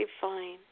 fine